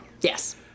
Yes